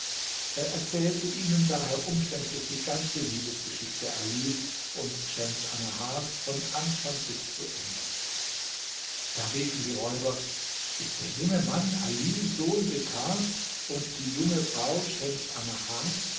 er erzählte ihnen daher umständlich die ganze liebesgeschichte alis und schems annahars von anfang bis zu ende da riefen die räuber ist der junge mann ali sohn bekars und die junge frau schems annahar